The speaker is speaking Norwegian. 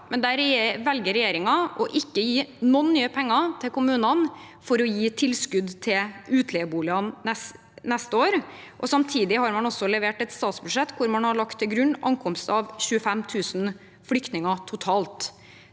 men der velger regjeringen ikke å gi noen nye penger til kommunene som tilskudd til utleieboliger neste år. Samtidig har man levert et statsbudsjett hvor man har lagt til grunn ankomst av 25 000 flyktninger totalt.